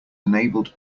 enabled